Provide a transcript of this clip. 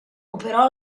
operò